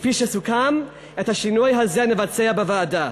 כפי שסוכם, את השינוי הזה נבצע בוועדה.